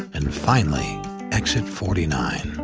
and finally exit forty nine.